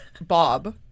Bob